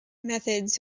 methods